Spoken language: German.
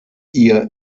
ihr